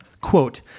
Quote